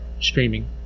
streaming